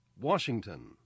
Washington